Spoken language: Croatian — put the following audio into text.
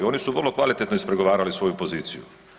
Oni su vrlo kvalitetno ispregovarali svoju poziciju.